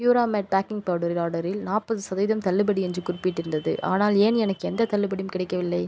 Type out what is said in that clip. பியூராமேட் baking powder ஆர்டரில் நாற்பது சதவீதம் தள்ளுபடி என்று குறிப்பிட்டிருந்தது ஆனால் ஏன் எனக்கு எந்தத் தள்ளுபடியும் கிடைக்கவில்லை